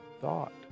thought